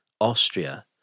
Austria